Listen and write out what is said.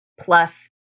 plus